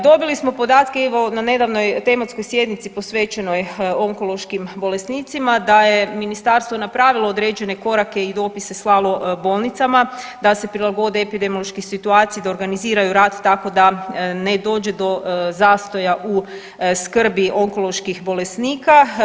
Dobili smo podatke evo na nedavnoj tematskoj sjednici posvećenoj onkološkim bolesnicima da je ministarstvo napravilo određene korake i dopise slalo bolnicama da se prilagode epidemiološkoj situaciji, da organiziraju rad tako ne dođe do zastoja u skrbi onkoloških bolesnika.